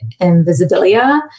Invisibilia